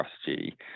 strategy